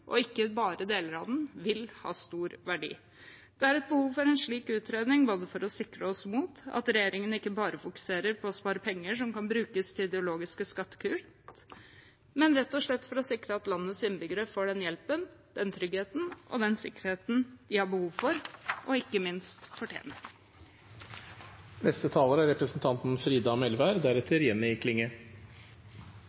helheten, ikke bare deler den, vil ha stor verdi. Det er behov for en slik utredning både for å sikre oss mot at regjeringen ikke bare fokuserer på å spare penger som kan brukes til ideologiske skattekutt, og for rett og slett å sikre at landets innbyggere får den hjelpen, den tryggheten og den sikkerheten de har behov for og ikke minst fortjener. Regjeringa gjennomfører viktige endringar i justissektoren. Politireforma er